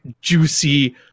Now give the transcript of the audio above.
juicy